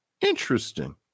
Interesting